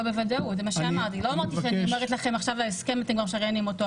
אני לא אומרת לכם שזה ההסכם ואתם כבר משריינים אותו,